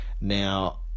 Now